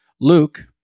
Luke